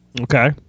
Okay